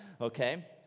okay